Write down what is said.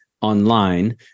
online